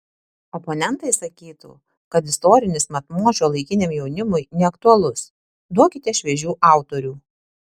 oponentai sakytų kad istorinis matmuo šiuolaikiniam jaunimui neaktualus duokite šviežių autorių